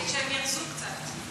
כדי שהם ירזו קצת.